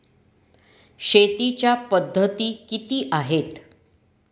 शेतीच्या पद्धती किती आहेत?